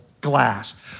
glass